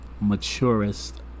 maturest